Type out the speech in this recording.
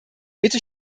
bitte